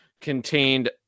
contained